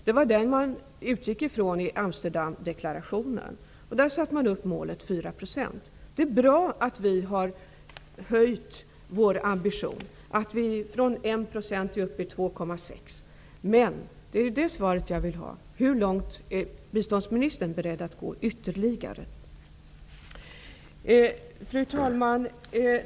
Det var den som man utgick ifrån i Amsterdamdeklarationen, i vilken man uppsatte målet 4 %. Det är bra att vi har höjt vår ambition och att vi från 1 % nu är uppe i 2,6 %. Men hur långt är biståndsministern beredd att gå ytterligare? Fru talman!